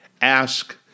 ask